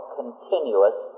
continuous